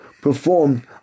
performed